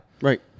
Right